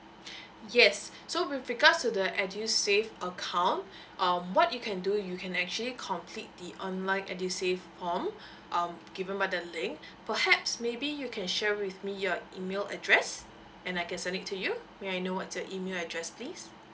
yes so with regards to the edusave account um what you can do you can actually complete the online edusave form um given by the link perhaps maybe you can share with me your email address and I can send it to you may I know what's your email address please